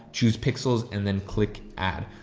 choose pixels and then click add,